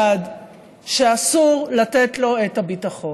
בדיעבד שאסור לתת לו את הביטחון.